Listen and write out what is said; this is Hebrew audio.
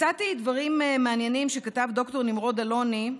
מצאתי דברים מעניינים שכתב ד"ר נמרוד אלוני,